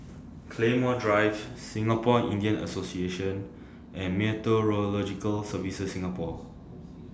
Claymore Drive Singapore Indian Association and Meteorological Services Singapore